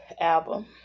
album